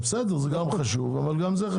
בסדר, זה גם חשוב, אבל זה גם חשוב.